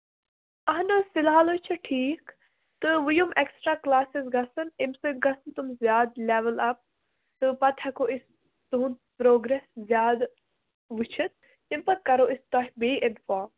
اَہَن حظ فِلحال حظ چھےٚ ٹھیٖک تہٕ وۅنۍ یِم اٮ۪کٔسٹرا کلاسٕز گژھن تَمہِ سۭتۍ گژھن تِم زیادٕ لیول اَپ تہٕ پَتہٕ ہٮ۪کَو أسۍ تُُہُنٛد پرٛوگرٮ۪س زیادٕ وُچھِتھ تَمہِ پَتہٕ کرو أسۍ تۄہہِ بیٚیہِ اِنفارٕم